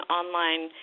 online